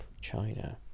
China